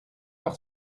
par